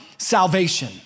salvation